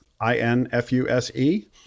I-N-F-U-S-E